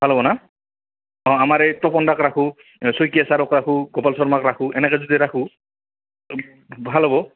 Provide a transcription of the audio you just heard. ভাল হ'ব না অঁ আমাৰ এই তপনদাক ৰাখো শইকীয়া চাৰক ৰাখোঁ গোপাল শৰ্মাক ৰাখোঁ এনেকে যদি ৰাখোঁ ভাল হ'ব